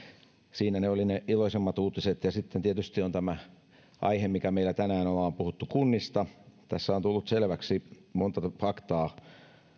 siinä olivat ne iloisemmat uutiset ja sitten tietysti on tämä aihe mikä meillä on tänään kun ollaan puhuttu kunnista tässä on tullut selväksi monta faktaa